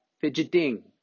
fidgeting